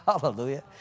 Hallelujah